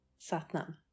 satnam